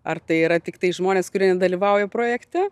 ar tai yra tiktai žmonės kurie nedalyvauja projekte